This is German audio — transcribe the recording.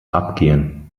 abgehen